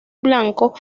blanco